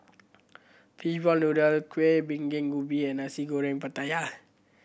fishball noodle kuih binging ubi and Nasi Goreng Pattaya